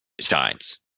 shines